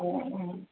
ହଉ